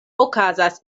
okazas